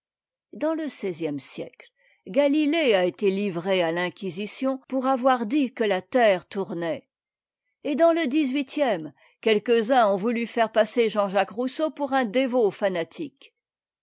dans le seizième siècle galiiéea a été livré à l'inquisition pour avoir dit que la terre tournait et dans le dix-huitième quelques-uns ont voulu faire passer j j rousseau pour un dévot fanatique